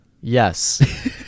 Yes